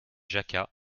jacquat